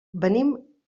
venim